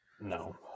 No